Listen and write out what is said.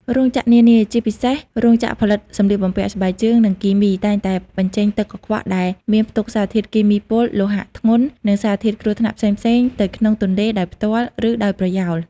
រោងចក្រនានា ជាពិសេសរោងចក្រផលិតសម្លៀកបំពាក់ ស្បែកជើង និងគីមី តែងតែបញ្ចេញទឹកកខ្វក់ដែលមានផ្ទុកសារធាតុគីមីពុល លោហៈធ្ងន់ និងសារធាតុគ្រោះថ្នាក់ផ្សេងៗទៅក្នុងទន្លេដោយផ្ទាល់ ឬដោយប្រយោល។